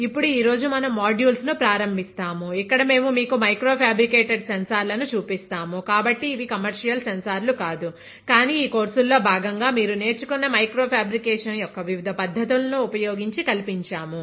ఇప్పుడు ఈరోజు మనం మాడ్యూల్స్ ను ప్రారంభిస్తాము ఇక్కడ మేము మీకు మైక్రో ఫ్యాబ్రికేటెడ్ సెన్సార్లను చూపిస్తాము కాబట్టి ఇవి కమర్షియల్ సెన్సార్లు కాదు కానీ ఈ కోర్సులో భాగంగా మీరు నేర్చుకున్న మైక్రో ఫ్యాబ్రికేషన్ యొక్క వివిధ పద్ధతులను ఉపయోగించి కల్పించాము